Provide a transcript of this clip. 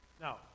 Now